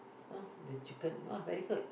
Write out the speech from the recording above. oh the chicken !wah! very good